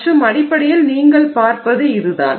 மற்றும் அடிப்படையில் நீங்கள் பார்ப்பது இதுதான்